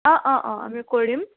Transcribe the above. অঁ অঁ অঁ আমি কৰিম